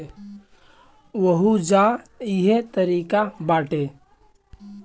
ओहुजा इहे तारिका बाटे